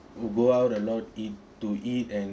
would go out a lot eat to eat and